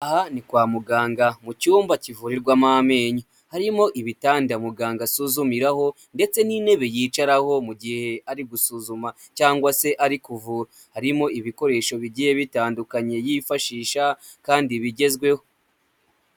Aha ni kwa muganga mu cyumba kivurirwamo amenyo harimo ibitanda muganga asuzumiraho ndetse n'intebe yicaraho mu gihe ari gusuzuma cyangwa se ari kuvura harimo ibikoresho bigiye bitandukanye yifashisha kandi bigezweho.